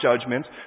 judgments